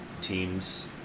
teams